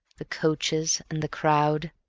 the coaches and the crowd!